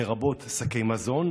לרבות שקי מזון,